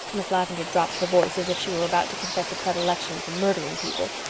miss lavendar dropped her voice as if she were about to confess a predilection for murdering people,